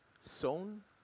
sown